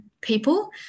people